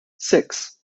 six